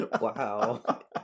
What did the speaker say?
wow